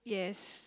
yes